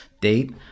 date